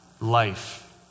life